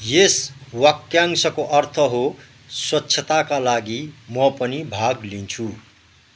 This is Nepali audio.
यस वाक्यंशको अर्थ हो स्वच्छताका लागि म पनि भाग लिन्छु